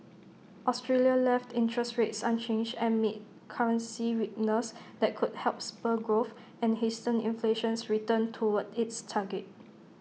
Australia left interest rates unchanged amid currency weakness that could help spur growth and hasten inflation's return toward its target